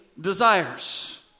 desires